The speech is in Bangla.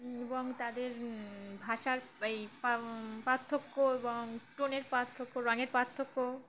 এবং তাদের ভাষার এই পার্থক্য এবং টোনের পার্থক্য রঙের পার্থক্য